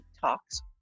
Talks